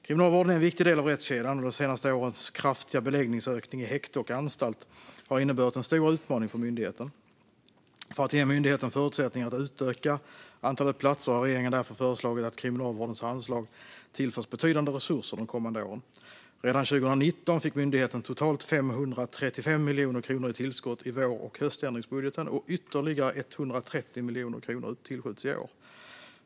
Kriminalvården är en viktig del av rättskedjan, och det senaste årets kraftiga beläggningsökning i häkten och på anstalter har inneburit en stor utmaning för myndigheten. För att ge myndigheten förutsättningar att utöka antalet platser har regeringen därför föreslagit att Kriminalvårdens anslag tillförs betydande resurser de kommande åren. Redan 2019 fick myndigheten totalt 535 miljoner kronor i tillskott i vår och höständringsbudgeten, och ytterligare 130 miljoner kronor tillskjuts i år.